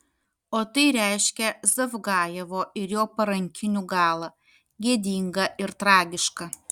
o tai reiškia zavgajevo ir jo parankinių galą gėdingą ir tragišką